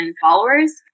followers